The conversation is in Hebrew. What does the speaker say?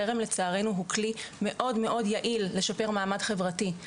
חרם לצערנו הוא כלי מאוד יעיל לשפר מעמד חברתי.